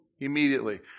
Immediately